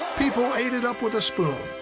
people ate it up with a spoon.